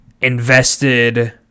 invested